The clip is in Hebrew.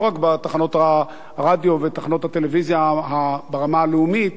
רק בתחנות הרדיו ותחנות הטלוויזיה ברמה הלאומית,